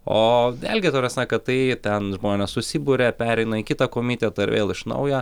o vėlgi ta prasme kad tai ten žmonės susiburia pereina į kitą komitetą ir vėl iš naujo